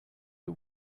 que